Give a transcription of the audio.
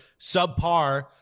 subpar